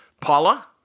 Paula